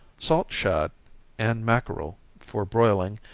salt shad and mackerel, for broiling,